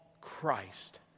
Christ